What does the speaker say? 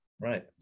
right